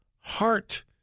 heart